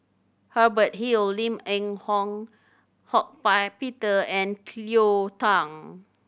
Hubert Hill Lim Eng Hock Buy Peter and Cleo Thang